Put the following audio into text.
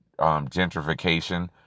gentrification